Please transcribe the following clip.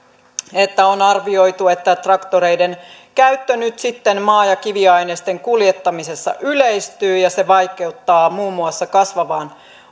on arvioitu että traktoreiden käyttö nyt sitten maa ja kiviaineisten kuljettamisessa yleistyy ja se vaikuttaa muun muassa kasvavaan